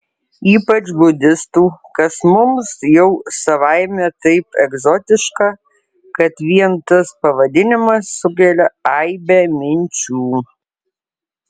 ypač budistų kas mums jau savaime taip egzotiška kad vien tas pavadinimas sukelia aibę minčių